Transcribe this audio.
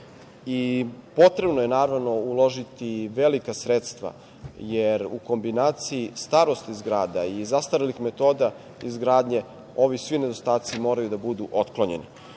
grejanja. Potrebno je, naravno, uložiti velika sredstva, jer u kombinaciji starosti zgrada i zastarelih metoda izgradnje ovi svi nedostaci moraju da budu otklonjeni.